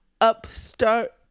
Upstart